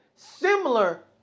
Similar